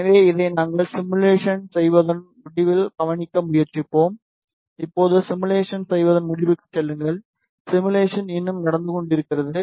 எனவே இதை எங்கள் சிமுலேஷன் செய்வதன் முடிவில் கவனிக்க முயற்சிப்போம் இப்போது சிமுலேஷன் செய்வதன் முடிவுக்கு செல்லுங்கள் சிமுலேஷன் இன்னும் நடந்து கொண்டிருக்கிறது